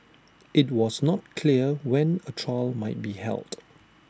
IT was not clear when A trial might be held